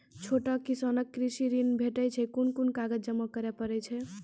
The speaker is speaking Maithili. छोट किसानक कृषि ॠण भेटै छै? कून कून कागज जमा करे पड़े छै?